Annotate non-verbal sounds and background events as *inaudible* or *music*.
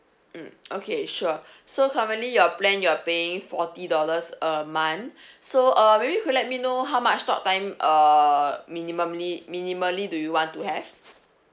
mm *noise* okay sure *breath* so currently your plan you're paying forty dollars a month *breath* so uh maybe you could let me know how much talk time err minimumly~ minimally do you want to have